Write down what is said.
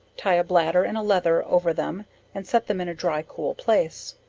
tie a bladder and a leather over them and set them in a dry cool place.